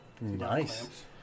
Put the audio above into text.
Nice